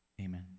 Amen